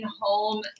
home